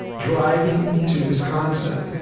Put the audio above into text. driving to wisconsin.